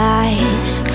eyes